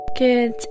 Good